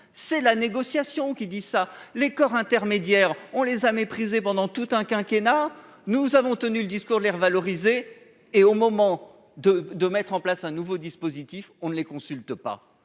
c'est la négociation qui dit ça, les corps intermédiaires, on les a méprisé pendant tout un quinquennat nous avons tenu le discours les revaloriser et au moment de, de mettre en place un nouveau dispositif, on ne les consulte pas,